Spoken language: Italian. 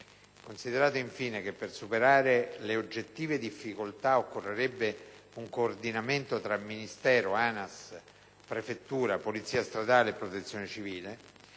considerato, infine, che per superare le oggettive difficoltà occorrerebbe un coordinamento tra Ministero, ANAS, prefettura, Polizia stradale e Protezione civile,